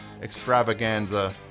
extravaganza